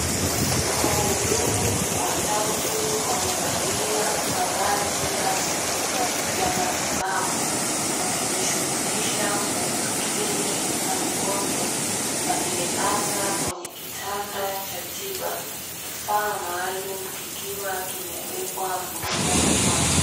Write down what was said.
Wahudumu watatu wamevalia mavazi rasmi ya matibabu wakijishughulisha kwa umakini na mgonjwa aliyelazwa kwenye kitanda cha tiba, kifaa maalum kikiwa kimewekwa mdomoni mwake.